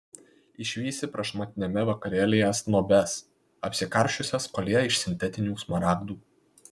išvysi prašmatniame vakarėlyje snobes apsikarsčiusias koljė iš sintetinių smaragdų